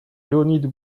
leonid